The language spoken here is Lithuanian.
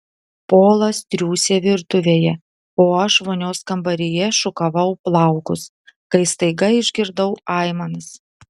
polas triūsė virtuvėje o aš vonios kambaryje šukavau plaukus kai staiga išgirdau aimanas